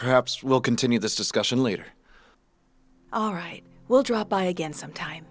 perhaps we'll continue this discussion later all right we'll drop by again sometime